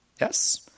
Yes